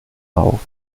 auf